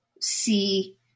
see